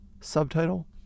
Subtitle